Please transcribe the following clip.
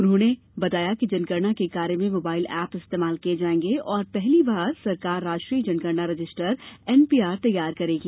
उन्होंने बताया कि जनगणना के कार्य में मोबाइल एप इस्तेमाल किए जाएंगे और पहली बार सरकार राष्ट्रीय जनगणना रजिस्टर एनपीआर तैयार करेगी